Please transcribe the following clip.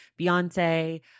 Beyonce